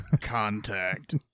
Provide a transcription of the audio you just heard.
Contact